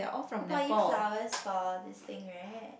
he bought you flowers for this thing right